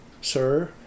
sir